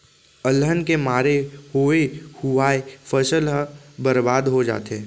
अलहन के मारे होवे हुवाए फसल ह बरबाद हो जाथे